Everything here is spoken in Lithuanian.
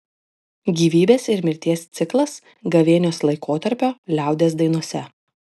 gyvybės ir mirties ciklas gavėnios laikotarpio liaudies dainose